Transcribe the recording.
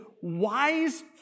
wise